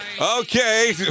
Okay